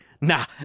nah